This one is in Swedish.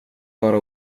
vara